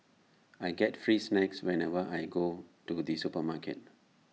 I get free snacks whenever I go to the supermarket